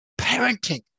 parenting